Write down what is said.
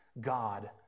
God